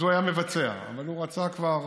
אז הוא היה מבצע, אבל הוא רצה, כבר